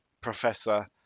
professor